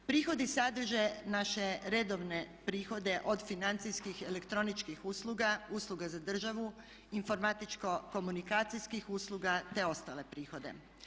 Prihodi sadrže naše redovne prihode od financijskih, elektroničkih usluga, usluga za državu, informatičko-komunikacijskih usluga, te ostale prihode.